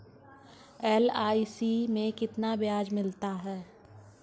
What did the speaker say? LIC में कितना ब्याज मिलता है?